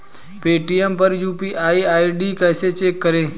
Paytm पर UPI ID कैसे check करें?